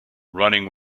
running